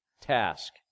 task